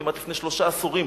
כמעט לפני שלושה עשורים,